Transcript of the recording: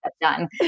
done